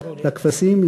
לכבשים,